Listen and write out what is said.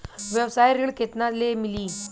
व्यवसाय ऋण केतना ले मिली?